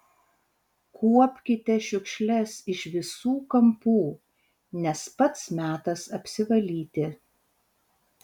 kuopkite šiukšles iš visų kampų nes pats metas apsivalyti